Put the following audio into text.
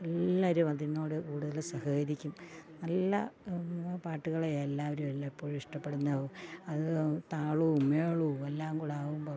എല്ലാവരും അതിനോടു കൂടുതൽ സഹകരിക്കും നല്ല പാട്ടുകളെയാണ് എല്ലാവരും എല്ലായ്പ്പോഴുമിഷ്ടപ്പെടുന്നത് അതു താളവും മേളവും എല്ലാം കൂടാകുമ്പം